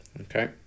Okay